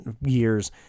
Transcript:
years